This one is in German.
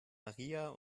maria